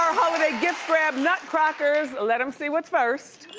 um holiday gift grab nutcrackers, let em see what's first.